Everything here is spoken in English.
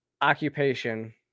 occupation